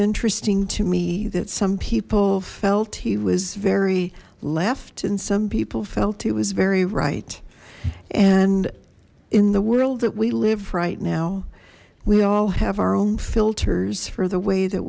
interesting to me that some people felt he was very left and some people felt it was very right and in the world that we live right now we all have our own filters for the way that